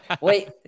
Wait